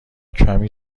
کمی